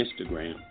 Instagram